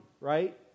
right